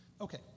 Okay